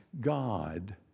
God